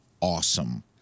Awesome